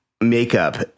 makeup